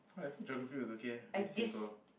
why I feel geography was okay leh very simple